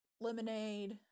lemonade